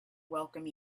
welcome